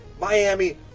Miami